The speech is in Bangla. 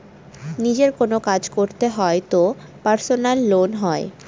নিজের কোনো কাজ করতে হয় তো পার্সোনাল লোন হয়